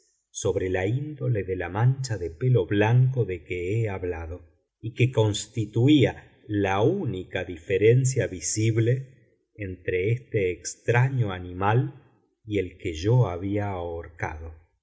sobre la índole de la mancha de pelo blanco de que he hablado y que constituía la única diferencia visible entre este extraño animal y el que yo había ahorcado